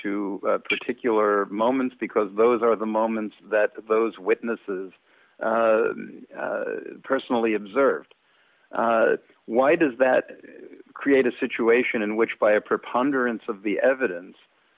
to particular moments because those are the moments that those witnesses personally observed why does that create a situation in which by a preponderance of the evidence